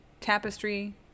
Tapestry